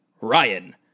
Ryan